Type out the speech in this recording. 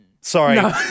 sorry